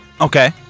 Okay